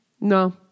No